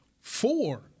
four